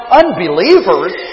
unbelievers